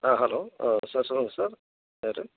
ஆ hello ஆ sir சொல்லுங்கள் sir யார்